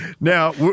Now